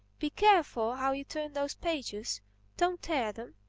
be careful how you turn those pages don't tear them.